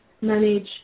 manage